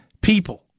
people